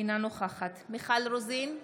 אינה נוכחת מיכל רוזין,